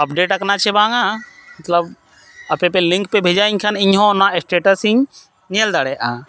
update ᱟᱠᱟᱱᱟ ᱥᱮᱵᱟᱝ ᱢᱚᱛᱞᱚᱵᱽ ᱟᱯᱮᱯᱮ ᱞᱤᱝᱠ ᱯᱮ ᱵᱷᱮᱡᱟᱣᱟᱹᱧ ᱠᱷᱟᱱ ᱤᱧᱦᱚᱸ ᱚᱱᱟ ᱥᱴᱮᱴᱟᱥ ᱤᱧ ᱧᱮᱞ ᱫᱟᱲᱮᱭᱟᱜᱼᱟ